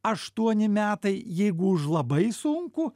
aštuoni metai jeigu už labai sunkų